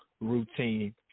routine